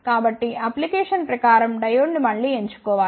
కాబట్టి అప్లికేషన్ ప్రకారం డయోడ్ను మళ్లీ ఎంచుకోవాలి